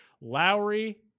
Lowry